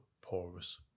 porous